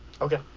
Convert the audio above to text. Okay